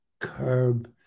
curb